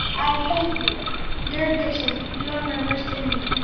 i hate you dear addiction, you are my worst enemy.